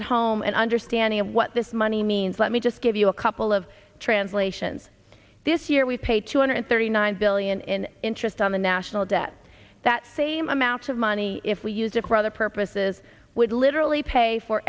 at home an understanding of what this money means let me just give you a couple of translations this year we pay two hundred thirty nine billion in interest on the national debt that same amount of money if we use it rather purposes would literally pay for